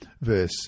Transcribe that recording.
verse